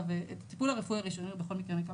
אבל את הטיפול הרפואי הראשוני הוא בכל מקרה מקבל.